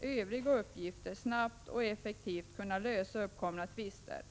övriga uppgifter, snabbt och effektivt kunna lösa uppkomna tvister.